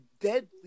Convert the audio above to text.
deadly